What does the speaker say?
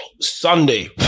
Sunday